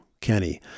Kenny